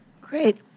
Great